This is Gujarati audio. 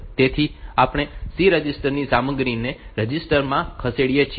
તેથી આપણે C રજિસ્ટર ની સામગ્રીને રજિસ્ટર માં ખસેડીએ છીએ